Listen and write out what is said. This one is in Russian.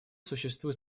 существует